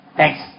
Thanks